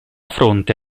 fronte